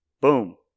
Boom